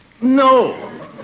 No